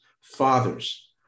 Fathers